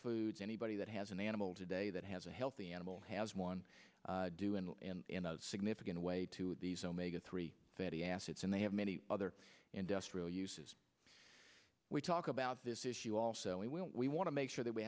foods anybody that has an animal today that has a healthy animal has one due in a significant way to these omega three fatty acids and they have many other industrial uses we talk about this issue also and we want to make sure that we